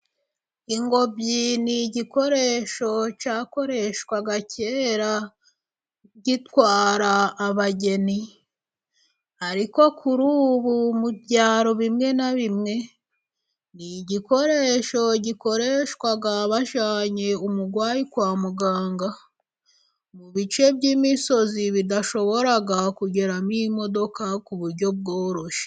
Ingobyi ni igikoresho cyakoreshwaga kera gitwara abageni. Ariko kuri ubu mu byaro bimwe na bimwe, ni igikoresho gikoreshwa bajyanye umurwayi kwa muganga, mu bice by'imisozi bidashobora kugeramo imodoka ku buryo bworoshye.